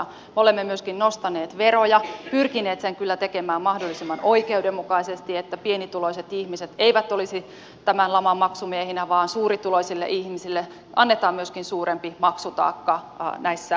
me olemme myöskin nostaneet veroja pyrkineet sen kyllä tekemään mahdollisimman oikeudenmukaisesti että pienituloiset ihmiset eivät olisi tämän laman maksumiehinä vaan suurituloisille ihmisille annetaan myöskin suurempi maksutaakka näissä talkoissa